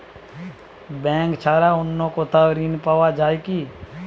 Bank ছাড়া অন্য কোথাও ঋণ পাওয়া যায় কি?